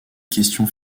questions